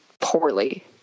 poorly